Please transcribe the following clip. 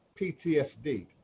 PTSD